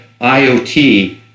IoT